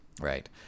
right